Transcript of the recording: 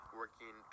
working